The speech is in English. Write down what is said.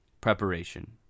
Preparation